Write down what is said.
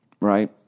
right